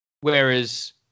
Whereas